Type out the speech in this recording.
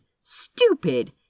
stupid